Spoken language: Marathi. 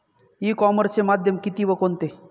ई कॉमर्सचे माध्यम किती व कोणते?